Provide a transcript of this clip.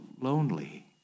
lonely